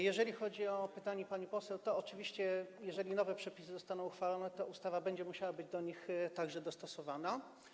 Jeżeli chodzi o pytanie pani poseł - oczywiście jeżeli nowe przepisy zostaną uchwalone, ustawa także będzie musiała być do nich dostosowana.